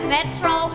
Metro